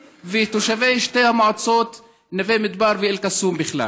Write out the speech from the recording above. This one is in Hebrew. ותושבי שתי המועצות נווה מדבר ואל-קסום בכלל.